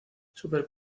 super